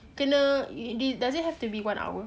kena does does it have to be one hour